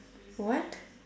what